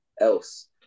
else